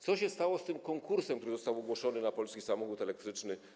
Co się stało z tym konkursem, który został ogłoszony, na polski samochód elektryczny?